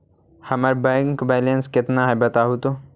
हमर bank balance केतना है बताहु तो?